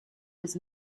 was